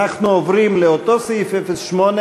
אנחנו עוברים לאותו סעיף 08,